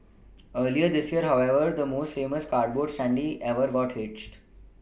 earlier this year however the most famous cardboard standee ever got hitched